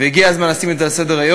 והגיע הזמן לשים את זה על סדר-היום,